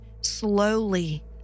slowly